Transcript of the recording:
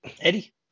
Eddie